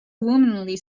womanly